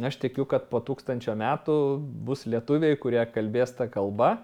aš tikiu kad po tūkstančio metų bus lietuviai kurie kalbės ta kalba